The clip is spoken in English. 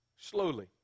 slowly